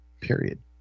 period